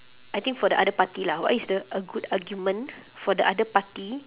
I think for the other party lah what is the a good argument for the other party